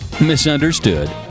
Misunderstood